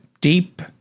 deep